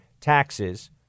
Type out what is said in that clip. taxes